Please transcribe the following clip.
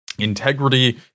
integrity